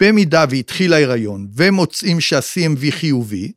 ‫במידה והתחיל ההיריון ‫ומוצאים שה-CMV חיובי